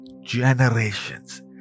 generations